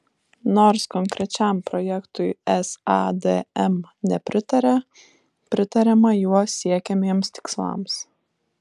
nors konkrečiam projektui sadm nepritaria pritariama juo siekiamiems tikslams